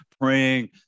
praying